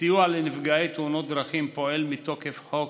הסיוע לנפגעי תאונות דרכים פועל מתוקף חוק